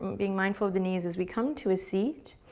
being mindful of the knees as we come to a seat.